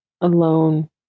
alone